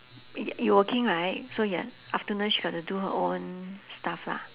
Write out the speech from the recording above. y~ you working right so ya afternoon she got to do her own stuff lah